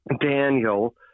Daniel